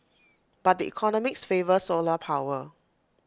but the economics favour solar power